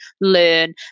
learn